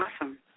Awesome